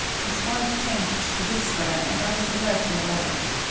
his voice changed to whisper and i was alert in a moment.